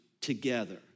together